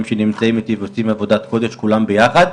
שנמצאים איתי ועושים עבודת קודש כולם ביחד,